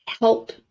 help